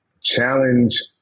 challenge